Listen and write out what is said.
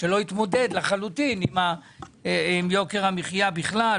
שלא התמודד לחלוטין עם יוקר המחיה בכלל,